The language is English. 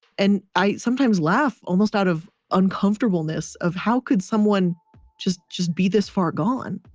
and i sometimes laugh almost out of uncomfortableness of how could someone just just be this far gone?